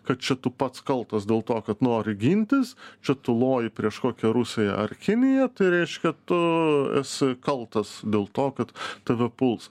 kad čia tu pats kaltas dėl to kad nori gintis čia tu loji prieš kokią rusiją ar kinija tai reiškia tu esi kaltas dėl to kad tave puls